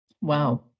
Wow